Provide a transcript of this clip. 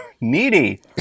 needy